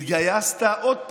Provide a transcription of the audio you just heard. התגייסת עוד פעם,